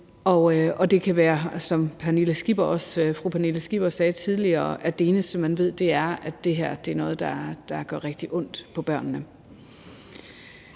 det kan være, som fru Pernille Skipper sagde tidligere, at det eneste, man ved, er, at det her er noget, der gør rigtig ondt på børnene.